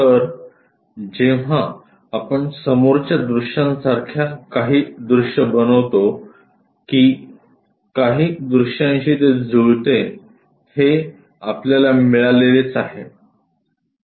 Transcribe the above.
तर जेव्हा आपण समोरच्या दृश्यांसारख्या काही दृश्य बनवितो की काही दृश्यांशी ते जुळते हे आपल्याला मिळालेलेच आहे